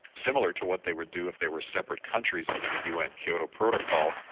similar to what they would do if they were separate countries under the un kyoto protocol,